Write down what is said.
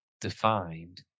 defined